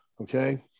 Okay